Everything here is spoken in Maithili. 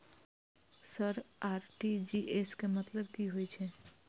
सर आर.टी.जी.एस के मतलब की हे छे?